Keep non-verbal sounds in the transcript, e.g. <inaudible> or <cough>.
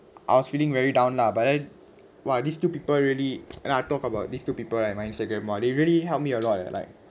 I was feeling very down lah but then !wah! these two people really <noise> and I'll talk about these two people right my Instagram they really help me a lot eh like